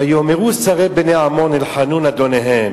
ויאמרו שרי בני עמון אל חנון אדוניהם,